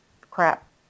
crap